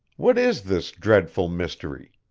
what is this dreadful mystery?